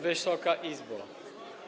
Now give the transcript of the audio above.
Wysoka Izbo!